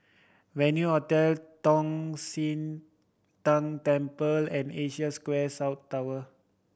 Venue Hotel Tong Sian Tng Temple and Asia Square South Tower